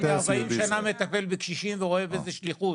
אני 40 שנה מטפל בקשישים ורואה בזה שליחות,